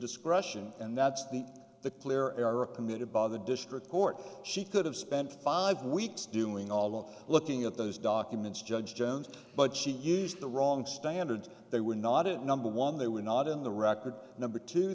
discretion and that's the the clear error committed by the district court she could have spent five weeks doing all of looking at those documents judge jones but she used the wrong standard they were not it number one they were not in the record number two